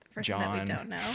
John